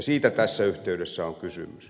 siitä tässä yhteydessä on kysymys